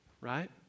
right